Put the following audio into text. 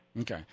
Okay